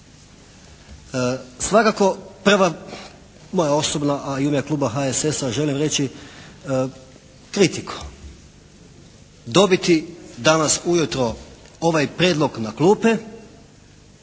Svakako treba, moje osobno a i u ime Kluba HSS-a želim reći kritiku. Dobiti danas ujutro ovaj prijedlog na klupe